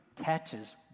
catches